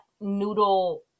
noodle